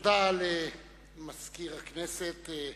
תודה למזכיר הכנסת,